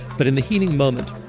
but in the healing moment,